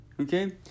okay